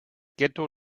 ghetto